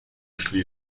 szli